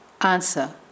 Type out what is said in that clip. Answer